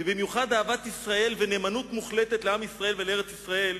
ובמיוחד אהבת ישראל ונאמנות מוחלטת לעם ישראל ולארץ-ישראל,